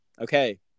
okay